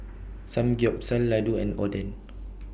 Samgyeopsal Ladoo and Oden